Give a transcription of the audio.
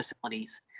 facilities